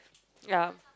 ya